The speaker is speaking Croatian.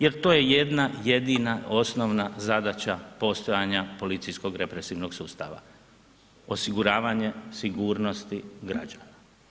Jer to je jedna jedina osnovna zadaća postojanja policijskog represivnog sustava, osiguravanje sigurnosti građana.